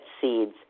seeds